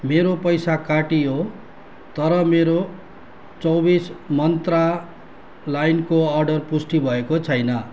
मेरो पैसा काटियो तर मेरो चौबीस मन्त्रा लाइनको अर्डर पुष्टि भएको छैन